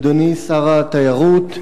אדוני שר התיירות,